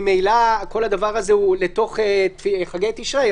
ממילא כל הדבר הזה הוא לתוך חגי תשרי,